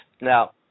Now